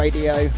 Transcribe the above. Radio